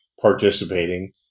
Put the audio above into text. participating